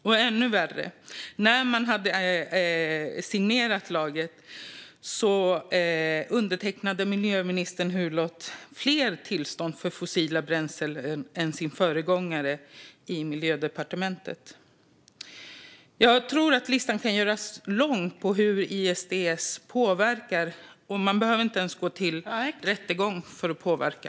Och än värre var att när den nya lagen antogs undertecknade miljöministern Hulot fler tillstånd för fossila bränslen än vad hans föregångare i miljödepartementet hade gjort. Jag tror att listan kan göras lång när det gäller hur ISDS påverkar, och man behöver inte ens gå till rättegång för att påverka.